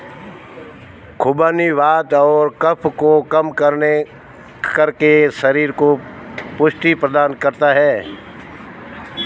खुबानी वात और कफ को कम करके शरीर को पुष्टि प्रदान करता है